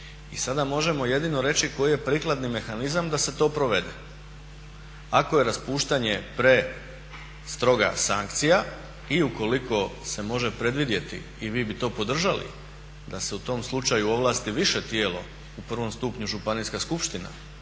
I sada možemo jedino reći koji je prikladni mehanizam da se to provede. Ako je raspuštanje prestroga sankcija i ukoliko se može predvidjeti i vi bi to podržali da se u tom slučaju ovlasti više tijelo u prvom stupnju županijska skupština